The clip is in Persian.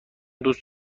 دوست